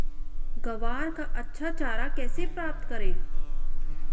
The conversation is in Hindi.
ग्वार का अच्छा चारा कैसे प्राप्त करें?